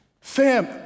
Sam